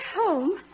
home